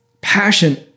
passion